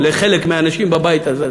לחלק מהאנשים בבית הזה,